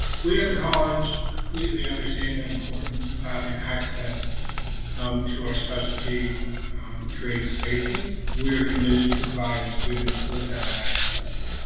we at the college completely understand the importance of having access to our specialty creative spaces, and we are committed to providing students with that access.